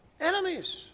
enemies